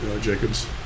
Jacobs